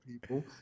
people